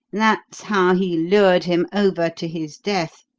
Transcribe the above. that's how he lured him over to his death.